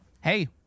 Hey